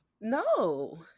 No